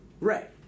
right